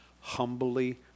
humbly